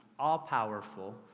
all-powerful